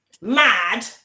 mad